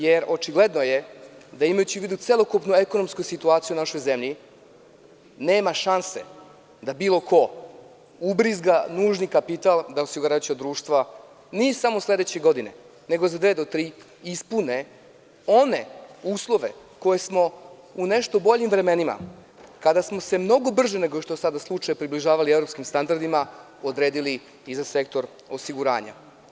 Jer, očigledno je da, imajući u vidu celokupnu ekonomsku situaciju u našoj zemlji, nema šanse da bilo ko ubrizga nužni kapital da osiguravajuća društva, ne samo sledeće godine, nego za dve do tri godine ispune one uslove koje smo u nešto boljim vremenima, kada smo se mnogo brže nego što je sada slučaj približavali evropskim standardima, odredili za sektor osiguranja.